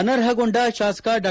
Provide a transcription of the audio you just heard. ಅನರ್ಹಗೊಂಡ ಶಾಸಕ ಡಾ